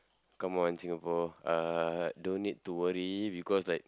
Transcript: come on Singapore uh don't need to worry because like